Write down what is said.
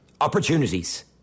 Opportunities